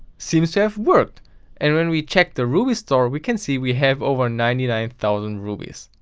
seems to have worked and when we check the ruby store we can see we have over ninety nine thousand rubies.